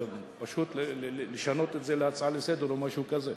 פשוט לשנות את זה להצעה לסדר או משהו כזה,